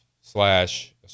slash